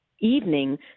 evening